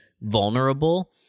vulnerable